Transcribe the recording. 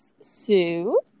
Sue